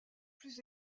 plus